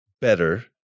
better